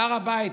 בהר הבית,